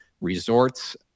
resorts